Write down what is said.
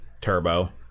turbo